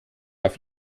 auf